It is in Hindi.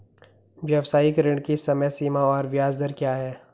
व्यावसायिक ऋण की समय सीमा और ब्याज दर क्या है?